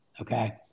Okay